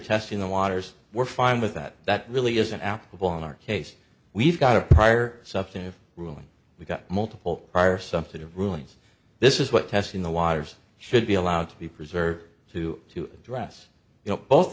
testing the waters we're fine with that that really isn't applicable in our case we've got a prior substantive ruling we've got multiple are some sort of rulings this is what testing the waters should be allowed to be preserved to to address you know both